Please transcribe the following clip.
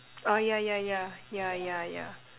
oh yeah yeah yeah yeah yeah yeah